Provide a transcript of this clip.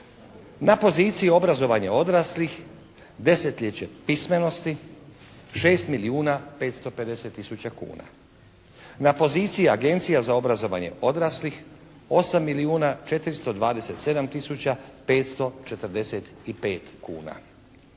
Na poziciji obrazovanje odraslih, desetljeće pismenosti 6 milijuna 550 tisuća kuna. Na poziciji Agencija za obrazovanje odraslih 8 milijuna